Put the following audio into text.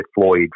Floyd